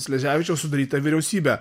sleževičiaus sudarytą vyriausybę